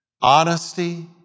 honesty